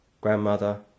grandmother